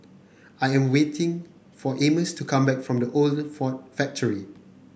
I am waiting for Amos to come back from The Old Ford Factory